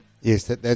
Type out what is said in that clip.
Yes